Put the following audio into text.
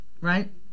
Right